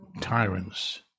tyrants